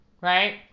right